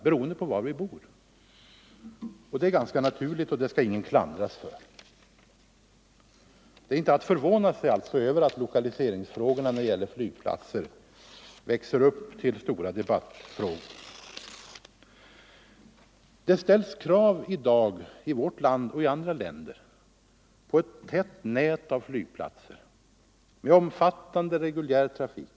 Det är ganska naturligt, och det 26 november 1974 kan ingen klandras för. Det är alltså inte att förvåna sig över att lokaliseringsfrågorna när det gäller flygplatser växer till stora debattfrågor. Om bibehållande I vårt land och i andra länder kräver man i dag ett tätt nät av flygplatser av Bromma med omfattande reguljär trafik.